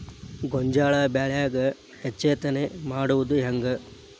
ಗೋಂಜಾಳ ಬೆಳ್ಯಾಗ ಹೆಚ್ಚತೆನೆ ಮಾಡುದ ಹೆಂಗ್?